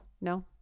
No